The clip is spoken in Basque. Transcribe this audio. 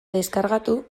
deskargatu